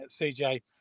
CJ